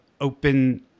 open